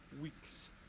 weeks